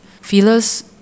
feelers